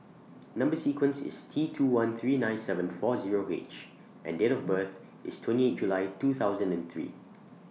Number sequence IS T two one three nine seven four Zero H and Date of birth IS twenty eight July two thousand and three